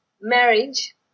marriage